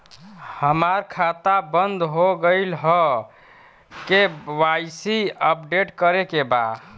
हमार खाता बंद हो गईल ह के.वाइ.सी अपडेट करे के बा?